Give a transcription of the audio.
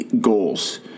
goals